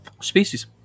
species